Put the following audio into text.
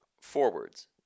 Forwards